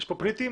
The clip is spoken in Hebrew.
פליטים,